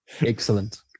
Excellent